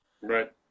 Right